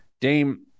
Dame